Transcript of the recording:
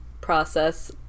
process